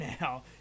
now